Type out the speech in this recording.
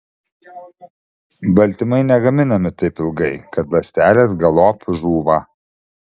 baltymai negaminami taip ilgai kad ląstelės galop žūva